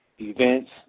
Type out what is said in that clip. events